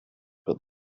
but